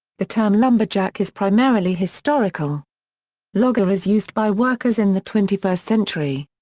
the term lumberjack is primarily historical logger is used by workers in the twenty first century.